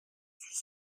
suis